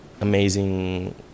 amazing